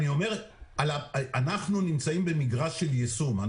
אנחנו נמצאים במגרש של יישום.